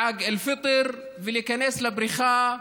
חג אל-פיטר, ולהיכנס לבריכה.